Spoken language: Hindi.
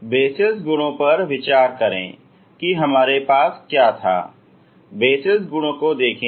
इसलिए बेसेल गुणों पर विचार करें कि हमारे पास क्या था बेसेल गुणों को देखें